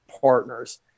partners